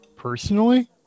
Personally